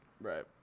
Right